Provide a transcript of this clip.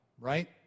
right